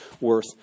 worth